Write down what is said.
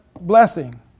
blessing